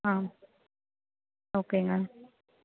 ah okay ma'am